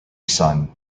son